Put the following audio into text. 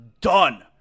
done